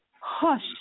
Hush